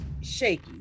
shaky